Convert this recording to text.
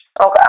Okay